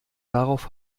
darauf